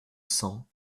cents